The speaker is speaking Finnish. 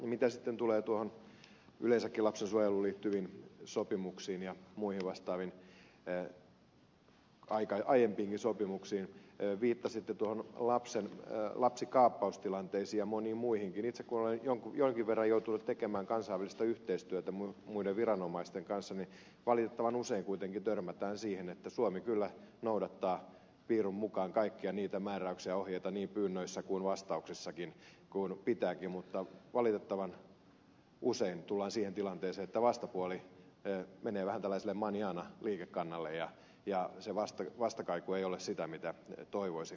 mitä sitten tulee yleensäkin lapsensuojeluun liittyviin sopimuksiin ja muihin vastaaviin aiempiinkin sopimuksiin viittasitte lapsikaappaustilanteisiin ja moniin muihinkin niin itse kun olen jonkin verran joutunut tekemään kansainvälistä yhteistyötä muiden viranomaisten kanssa niin tiedän että valitettavan usein kuitenkin törmätään siihen että suomi kyllä noudattaa piirun mukaan kaikkia niitä määräyksiä ja ohjeita niin pyynnöissä kuin vastauksissakin mitä pitääkin mutta valitettavan usein tullaan siihen tilanteeseen että vastapuoli menee vähän tällaiselle manana liikekannalle ja se vastakaiku ei ole sitä mitä toivoisi täältä suunnasta